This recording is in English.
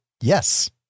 Yes